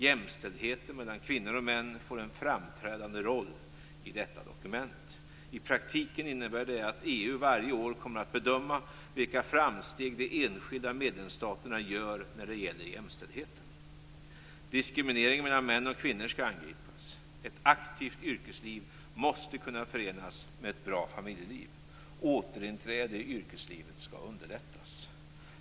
Jämställdheten mellan kvinnor och män får en framträdande roll i detta dokument. I praktiken innebär det att EU varje år kommer att bedöma vilka framsteg de enskilda medlemsstaterna gör när det gäller jämställdheten. Diskriminering mellan män och kvinnor skall angripas. Ett aktivt yrkesliv måste kunna förenas med ett bra familjeliv. Återinträde i yrkeslivet skall underlättas.